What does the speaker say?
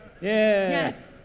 Yes